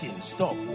stop